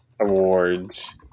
awards